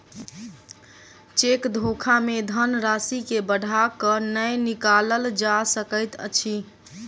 cheque धोखा मे धन राशि के बढ़ा क नै निकालल जा सकैत अछि